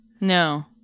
No